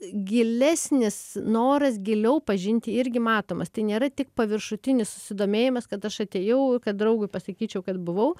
gilesnis noras giliau pažinti irgi matomas tai nėra tik paviršutinis susidomėjimas kad aš atėjau kad draugui pasakyčiau kad buvau